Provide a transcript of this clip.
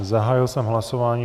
Zahájil jsem hlasování.